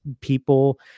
people